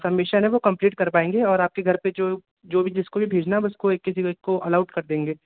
submission है वह complete कर पाएँगे और आपके घर पर जो जो भी जिसको भी भेजना है हम उसको एक किसी एक को अलाउड कर देंगे